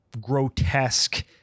grotesque